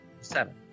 Seven